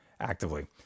actively